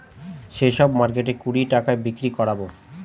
সেই সব মার্কেটে কুড়ি টাকায় বিক্রি করাবো